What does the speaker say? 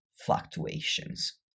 fluctuations